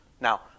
Now